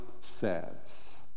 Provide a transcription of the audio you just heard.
says